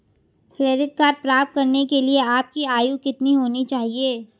Credit card प्राप्त करने के लिए आपकी आयु कितनी होनी चाहिए?